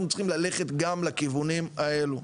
ואנחנו צריכים ללכת גם לכיוונים האלה,